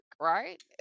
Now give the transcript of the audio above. right